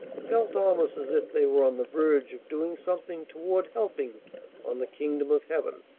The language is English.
felt almost as if they were on the verge of doing something toward helping on the kingdom of heaven.